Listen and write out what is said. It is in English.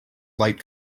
light